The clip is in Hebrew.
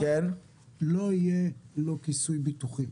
לא יהיה לו כיסוי ביטוחי.